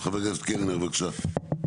חה"כ קלנר בבקשה.